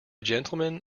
gentleman